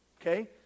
Okay